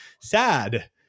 sad